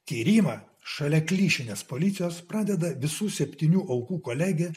tyrimą šalia klišinės policijos pradeda visų septynių aukų kolegė